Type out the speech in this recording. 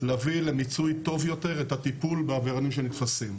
להביא למיצוי טוב יותר את הטיפול בעבריינים שנתפסים.